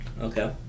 Okay